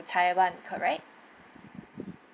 taiwan correct